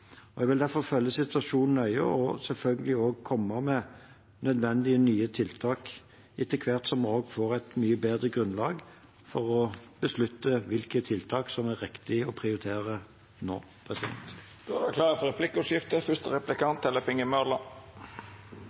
Jeg vil derfor følge situasjonen nøye og selvfølgelig komme med nødvendige nye tiltak etter hvert som vi får et mye bedre grunnlag for å beslutte hvilke tiltak som det er riktig å prioritere nå. Det vert replikkordskifte. Jeg er glad for at det